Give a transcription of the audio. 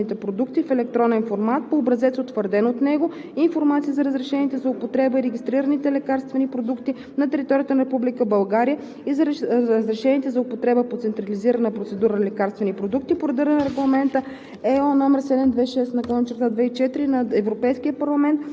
предоставя на Националния съвет по цени и реимбурсиране на лекарствените продукти в електронен формат по образец, утвърден от него, информация за разрешените за употреба и регистрираните лекарствени продукти на територията на Република България и за разрешените за употреба по централизирана процедура лекарствени продукти по реда на Регламент